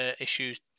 issues